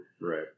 Right